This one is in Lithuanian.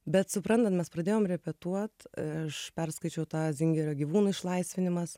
bet suprantat mes pradėjom repetuot aš perskaičiau tą singerio gyvūnų išlaisvinimas